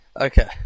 Okay